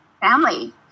family